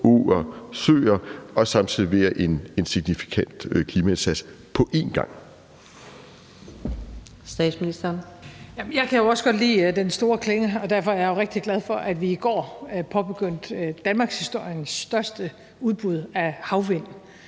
og søer og samtidig levere en signifikant klimaindsats på en gang.